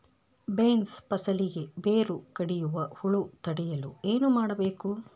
Beans ಫಸಲಿಗೆ ಬೇರು ಕಡಿಯುವ ಹುಳು ತಡೆಯಲು ಏನು ಮಾಡಬೇಕು?